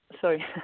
sorry